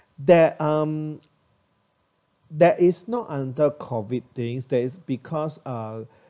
there um there is not under COVID things that is because uh